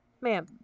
ma'am